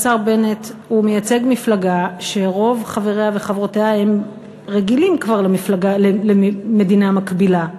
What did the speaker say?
השר בנט מייצג מפלגה שרוב חבריה וחברותיה רגילים כבר למדינה מקבילה,